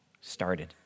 started